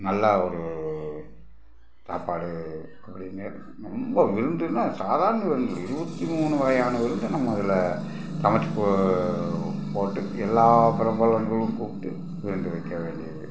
நல்லா ஒரு சாப்பாடு அப்படின்னு ரொம்ப விருந்துன்னால் சாதாரண விருந்து இல்லை இருபத்தி மூணு வகையான விருந்து நம்ம அதில் சமைத்து போ போட்டு எல்லா பிரபலங்களும் கூப்பிட்டு விருந்து வைக்க வேண்டியது